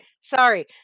Sorry